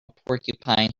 porcupine